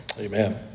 amen